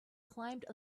climbed